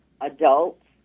adults